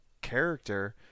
character